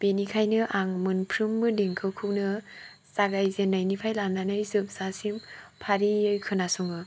बेनिखायनो आं मोनफ्रोमबो देंखोखौ नो जागायजेननाय निफ्राय लानानै जोबजासिम फारियै खोनासङो